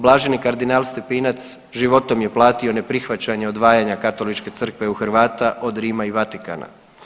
Blaženi kardinal Stepinac životom je platio neprihvaćanje odvajanja Katoličke Crkve u Hrvata od Rima i Vatikana.